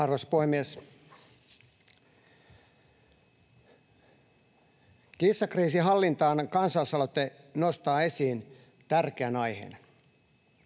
Arvoisa puhemies! Kissakriisi hallintaan ‑kansalaisaloite nostaa esiin tärkeän aiheen.